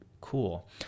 cool